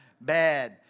Bad